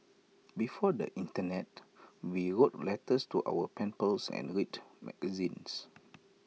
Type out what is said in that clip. before the Internet we wrote letters to our pen pals and read magazines